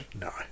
No